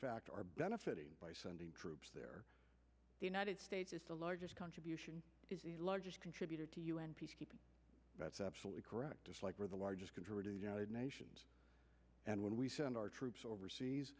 fact are benefiting by sending troops there the united states is the largest contribution is the largest contributor to u n peacekeeping that's absolutely correct just like we're the largest contributor nations and when we send our troops overseas